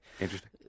Interesting